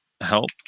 help